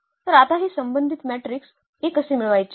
तर आता हे संबंधित मॅट्रिक्स a कसे मिळवायचे